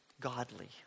godly